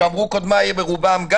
שאמרו קודמיי ברובם,